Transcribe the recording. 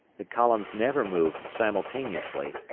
the columns never move simultaneously,